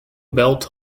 belt